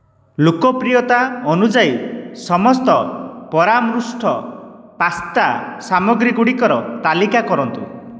ଲୋକପ୍ରିୟତା ଅନୁଯାୟୀ ସମସ୍ତ ପରାମୃଷ୍ଟ ପାସ୍ତା ସାମଗ୍ରୀ ଗୁଡ଼ିକର ତାଲିକା କରନ୍ତୁ